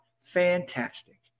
fantastic